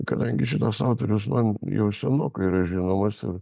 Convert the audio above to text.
kadangi šitas autoriaus man jau senokai yra žinomas ir